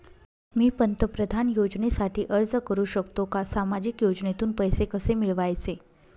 मी पंतप्रधान योजनेसाठी अर्ज करु शकतो का? सामाजिक योजनेतून पैसे कसे मिळवायचे